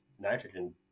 nitrogen